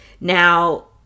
Now